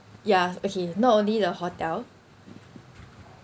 ya okay not only the hotel